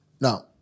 Now